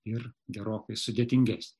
ir gerokai sudėtingesnė